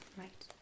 right